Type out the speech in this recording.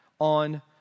on